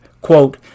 Quote